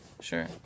Sure